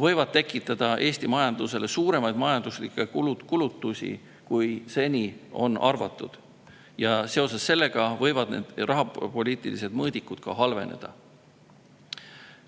võivad tekitada Eesti majandusele suuremaid majanduslikke kulutusi, kui seni on arvatud, ja seoses sellega võivad need rahapoliitilised mõõdikud halveneda.